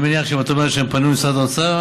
אני מניח שאם את אומרת שהם פנו למשרד האוצר,